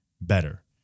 better